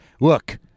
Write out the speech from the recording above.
look